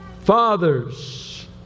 Fathers